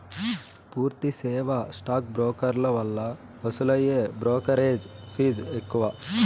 పూర్తి సేవా స్టాక్ బ్రోకర్ల వల్ల వసూలయ్యే బ్రోకెరేజ్ ఫీజ్ ఎక్కువ